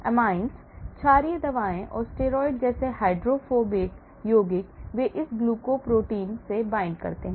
amines क्षारीय दवाएं और स्टेरॉयड जैसे हाइड्रोफोबिक यौगिक वे इस ग्लाइकोप्रोटीन से बंधते हैं